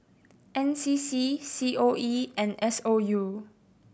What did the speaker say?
N C C C O E and S O U